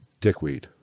Dickweed